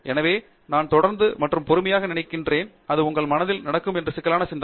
எனவே நான் தொடர்ந்து மற்றும் பொறுமை நினைக்கிறேன் அது உங்கள் மனதில் நடக்கும் ஒரு சிக்கலான சிந்தனை